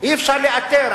אי-אפשר לאתר.